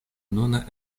nuna